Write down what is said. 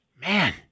man